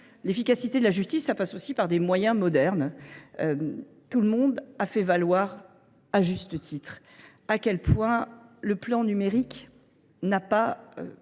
L’efficacité de la justice passe aussi par des moyens modernes. Tout le monde a fait valoir, à juste titre, combien le plan numérique n’avait